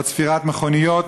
או צפירת מכוניות,